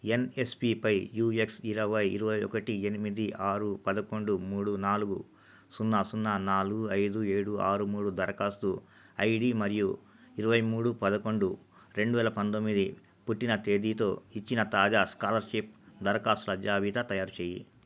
ఎన్ఎస్పిపై యుఎక్స్ ఇరవై ఇరవై ఒకటి ఎనిమిది ఆరు పదకొండు మూడు నాలుగు సున్నా సున్నా నాలుగు ఐదు ఏడు ఆరు మూడు దరఖాస్తు ఐడి మరియు ఇరవై మూడు పదకొండు రెండు వేల పంతొమ్మిది పుట్టిన తేదీతో ఇచ్చిన తాజా స్కాలర్షిప్ దరఖాస్తుల జాబితా తయారుచేయి